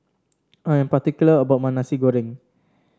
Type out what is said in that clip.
I am particular about my Nasi Goreng